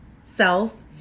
self